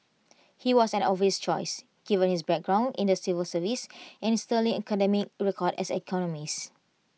he was an obvious choice given his background in the civil service and his sterling academic record as an economist